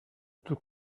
tous